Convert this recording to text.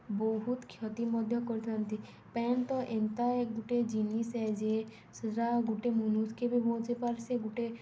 ବହୁତ କ୍ଷତି ମଧ୍ୟ କରିଥାନ୍ତି ପାଏନ୍ ତ ଏନ୍ତା ଗୁଟେ ଜିନିଷ୍ ଏ ଯେ ସେଟା ଗୁଟେ ମନୁଷ୍କେ ବି ବଞ୍ଚେଇ ପାର୍ସି ଗୁଟେ